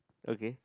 okay